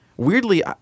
Weirdly